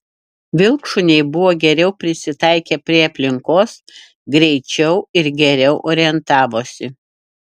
vilkšuniai buvo geriau prisitaikę prie aplinkos greičiau ir geriau orientavosi